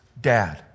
dad